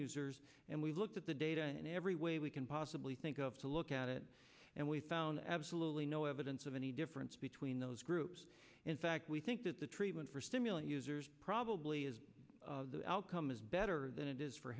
users and we looked at the data in every way we can possibly think of to look at it and we found absolutely no evidence of any difference between those groups in fact we think that the treatment for stimulant users probably is the outcome is better than it is for